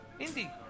Indie